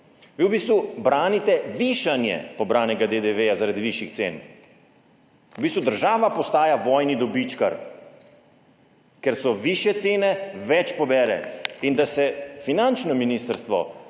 v bistvu branite višanje pobranega DDV zaradi višjih cen. V bistvu država postaja vojni dobičkar – ker so višje cene, več pobere. In da se finančno ministrstvo